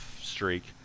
streak